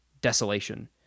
desolation